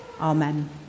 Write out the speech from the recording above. Amen